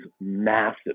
massive